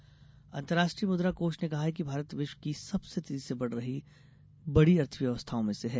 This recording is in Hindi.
मुद्रा कोष अंतर्राष्ट्रीय मुद्रा कोष ने कहा है कि भारत विश्व की सबसे तेजी से बढ़ रही बड़ी अर्थव्यवस्थाओं में से है